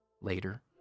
Later